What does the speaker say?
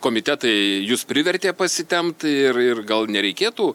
komitetai jus privertė pasitempt ir ir gal nereikėtų